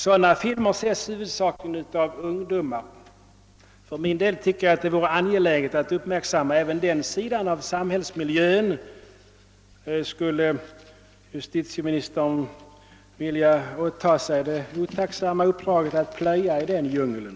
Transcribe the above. Sådana filmer ses huvudsakligen av ungdomar. Jag tycker att det vore angeläget att uppmärksamma även den sidan av samhällsmiljön. Skulle justitieministern vilja åta sig det otacksamma uppdraget att plöja i den djungeln?